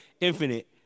Infinite